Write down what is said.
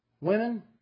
Women